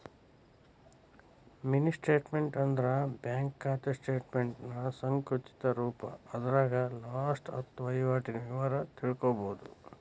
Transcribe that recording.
mini statement ಅಂದ್ರ bank ಖಾತೆ ಸ್ಟೇಟಮೆಂಟ್ನ ಸಂಕುಚಿತ ರೂಪ ಅದರಾಗ ಲಾಸ್ಟ ಹತ್ತ ವಹಿವಾಟಿನ ವಿವರ ತಿಳ್ಕೋಬೋದು